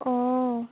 অঁ